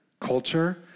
culture